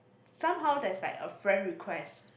somehow there is like a friend requests